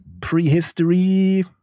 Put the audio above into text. prehistory